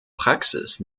praxis